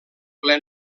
ple